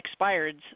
expireds